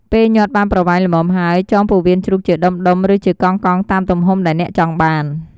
ពេលញាត់បានប្រវែងល្មមហើយ ចងពោះវៀនជ្រូកជាដុំៗ ឬជាកង់ៗ តាមទំហំដែលអ្នកចង់បាន។